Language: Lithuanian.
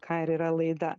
ką ir yra laida